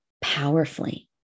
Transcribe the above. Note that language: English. powerfully